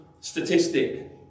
statistic